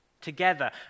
together